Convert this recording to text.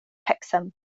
hexham